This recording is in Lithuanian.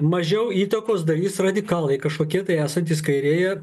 mažiau įtakos darys radikalai kažkokie tai esantys kairėje